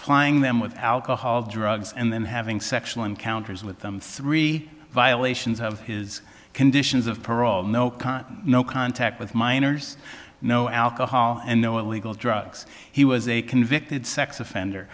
them with alcohol drugs and then having sexual encounters with them three violations of his conditions of parole no content no contact with minors no alcohol and no illegal drugs he was a convicted sex offender